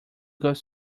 goes